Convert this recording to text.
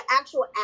actual